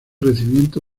recibimiento